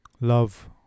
love